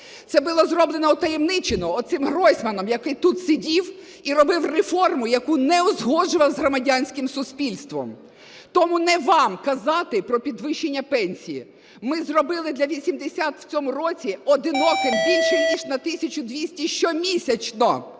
Це було зроблено утаємничено, оцим Гройсманом, який тут сидів і робив реформу, яку не узгоджував з громадянським суспільством. Тому не вам казати про підвищення пенсії. Ми зробили для 80 в цьому році одиноким більше ніж на 1 тисячу 200 щомісячно,